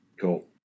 Cool